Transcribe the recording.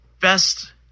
best